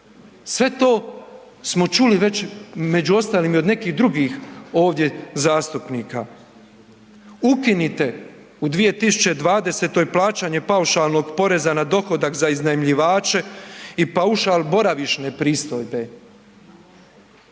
Sve to smo čuli već među ostalim i od nekih drugih ovdje zastupnika. Ukinite u 2020. plaćanje paušalnog poreza na dohodak za iznajmljivače i paušal boravišne pristojbe.